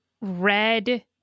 Red